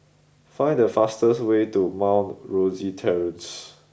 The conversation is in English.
find the fastest way to Mount Rosie Terrace